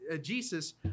Jesus